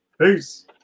Peace